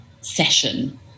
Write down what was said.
session